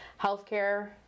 healthcare